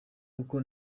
kuko